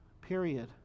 period